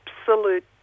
absolute